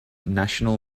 national